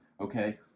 okay